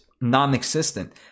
non-existent